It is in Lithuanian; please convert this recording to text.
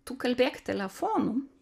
tu kalbėk telefonu